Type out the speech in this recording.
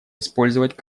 использовать